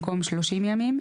במקום "30 ימים"